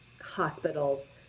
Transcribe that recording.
hospitals